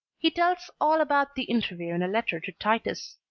he tells all about the interview in a letter to titus